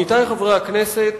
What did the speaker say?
עמיתי חברי הכנסת,